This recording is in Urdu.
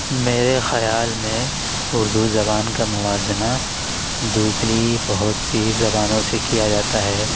میرے خیال میں اردو زبان کا موازنہ دوسری بہت سی زبانوں سے کیا جاتا ہے